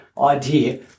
idea